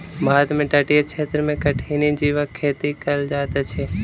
भारत में तटीय क्षेत्र में कठिनी जीवक खेती कयल जाइत अछि